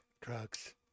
drugs